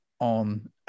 on